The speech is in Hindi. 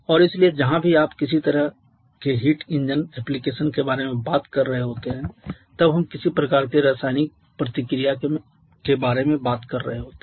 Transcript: और इसलिए जहां भी आप किसी भी तरह के हीट इंजन एप्लिकेशन के बारे में बात कर रहे होते हैं तब हम किसी प्रकार की रासायनिक प्रतिक्रिया के बारे में बात कर रहे होते हैं